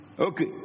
Okay